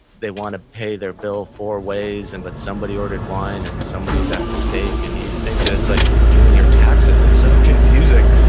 they want to pay their bill for ways, and but somebody ordered wine and somebody got the steak, and you'd think that it's like doing your taxes. it's so confusing.